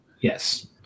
Yes